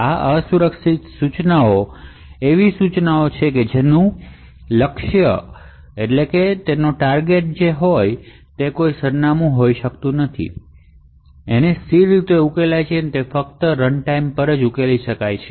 આ અસુરક્ષિત ઇન્સટ્રકશનશ એવા ઇન્સટ્રકશન છે જેનું ટાર્ગેટ સરનામું સ્ટેટિકલી ઉકેલાય નહીં અને તે ફક્ત રનટાઈમ પર જ ઉકેલી શકાય છે